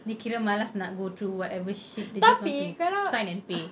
ni kira malas nak go through whatever shit they just want to sign and pay